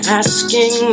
asking